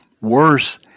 Worse